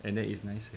and then it's nice